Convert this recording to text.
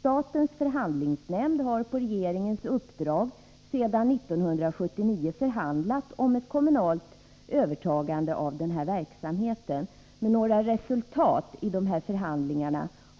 Statens förhandlingsnämnd har på regeringens uppdrag sedan 1979 förhandlat om ett kommunalt övertagande av verksamheten, men några resultat